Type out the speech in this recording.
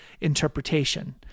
interpretation